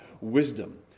wisdom